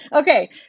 Okay